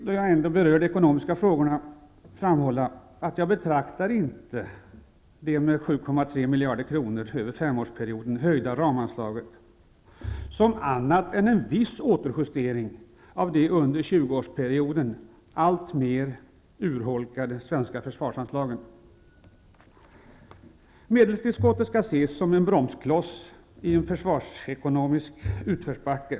Då jag ändå berör de ekonomiska frågorna vill jag framhålla att jag inte betraktar det med 7,3 miljarder kronor, över femårsperioden, höjda ramanslaget som annat än en viss justering av de under en 20-årsperiod alltmer urholkade svenska försvarsanslagen. Medelstillskottet skall ses som en bromskloss i en försvarsekonomisk utförsbacke.